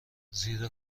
زیرا